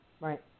Right